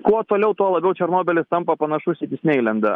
kuo toliau tuo labiau černobylis tampa panašus į disneilendą anksčiau